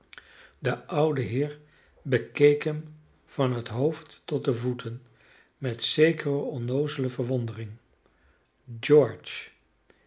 de oude heer bekeek hem van het hoofd tot de voeten met zekere onnoozele verwondering george